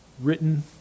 written